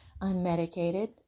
unmedicated